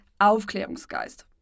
Aufklärungsgeist